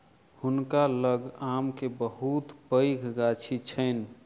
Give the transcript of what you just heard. हुनका लग आम के बहुत पैघ गाछी छैन